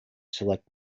select